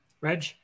reg